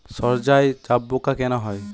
সর্ষায় জাবপোকা কেন হয়?